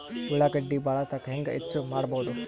ಉಳ್ಳಾಗಡ್ಡಿ ಬಾಳಥಕಾ ಹೆಂಗ ಹೆಚ್ಚು ಮಾಡಬಹುದು?